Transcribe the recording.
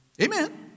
Amen